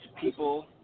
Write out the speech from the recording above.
people